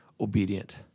obedient